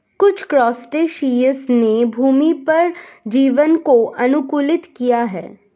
कुछ क्रस्टेशियंस ने भूमि पर जीवन को अनुकूलित किया है